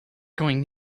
going